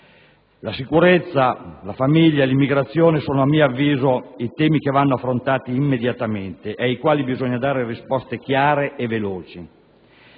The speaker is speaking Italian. La sicurezza, la famiglia, l'immigrazione, sono a mio avviso i temi che vanno affrontati immediatamente e ai quali bisogna dare risposte chiare e veloci.